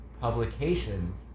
publications